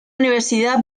universidad